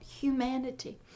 humanity